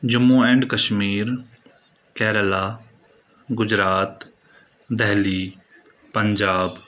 Jammu and Kashmir Kerala Gujarat Delhi Punjab